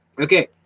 Okay